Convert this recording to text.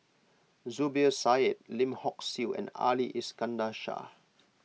Zubir Said Lim Hock Siew and Ali Iskandar Shah